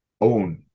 own